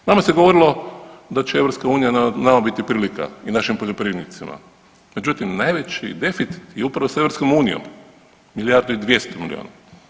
Nama se govorimo da će EU nama biti prilika i našim poljoprivrednicima, međutim najveći deficit je upravo s EU-om, milijardu i 200 milijuna.